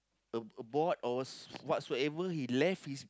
a a board or whatsoever he left his